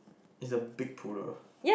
is a big poodle